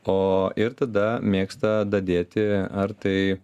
o ir tada mėgsta dadėti ar tai